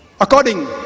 according